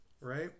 right